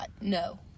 no